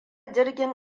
jirgin